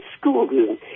Schoolroom